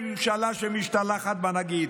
זו ממשלה שמשתלחת בנגיד,